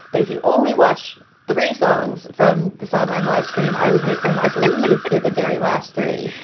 but if you only watch three songs from the sondheim lifestream, i would make them. i believe they're the very last three.